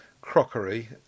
crockery